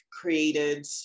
created